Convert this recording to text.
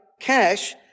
cash